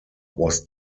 was